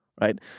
right